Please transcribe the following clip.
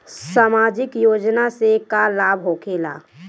समाजिक योजना से का लाभ होखेला?